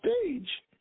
stage